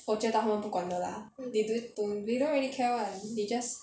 我觉得他们不管的 lah they don't don't they don't really care [one] they just